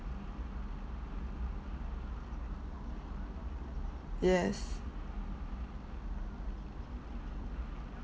yes